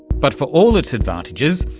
but for all its advantages,